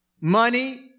Money